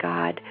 God